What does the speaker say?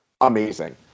amazing